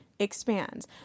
expands